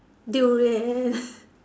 durian